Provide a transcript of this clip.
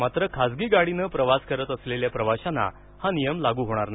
मात्र खासगी गाडीनं प्रवास करत असलेल्या प्रवाशांना हा नियम लागू होणार नाही